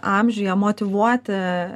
amžiuje motyvuoti